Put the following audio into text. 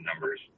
numbers